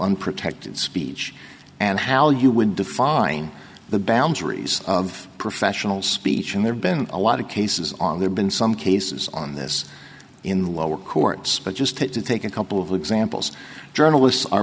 unprotected speech and how you would define the boundaries of professional speech and there's been a lot of cases on there been some cases on this in lower courts but just to take a couple of examples journalists are